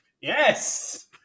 Yes